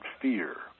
fear